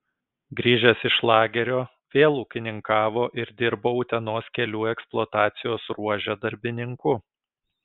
grįžęs iš lagerio vėl ūkininkavo ir dirbo utenos kelių eksploatacijos ruože darbininku